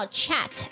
chat